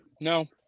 No